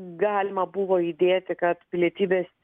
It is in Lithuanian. galima buvo įdėti kad pilietybės